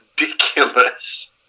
ridiculous